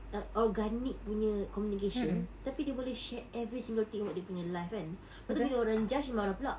organik punya communication tapi dia boleh share every single thing about dia punya life kan tapi bila orang judge dia marah pula